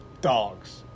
dogs